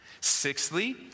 Sixthly